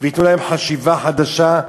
וייתנו להם חשיבה חדשה,